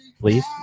Please